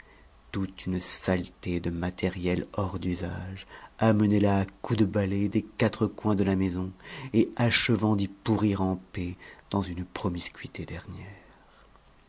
toute une saleté de matériel hors d'usage amenée là à coups de balai des quatre coins de la maison et achevant d'y pourrir en paix dans une promiscuité dernière